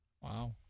Wow